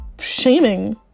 shaming